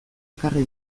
ekarri